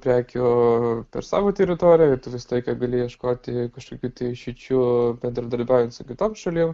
prekių ir per savo teritorijoją tu visą laiką gali ieškoti kažkokių išeičių bendradarbiaujant su kitom šalim